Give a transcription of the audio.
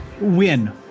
win